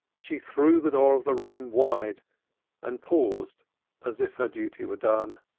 she threw the door of the room wide and paused as if her duty were done